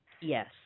Yes